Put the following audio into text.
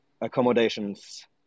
accommodations